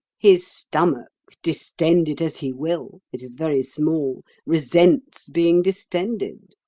his stomach, distend it as he will it is very small resents being distended.